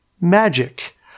magic